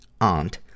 aunt